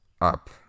up